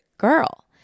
girl